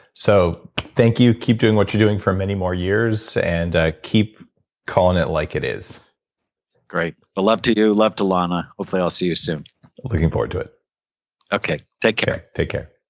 so thank you keep doing what you're doing for many more years, and ah keep calling it like it is great. but love to you, love to lana, ah hope i'll see you soon looking forward to it okay, take care take care.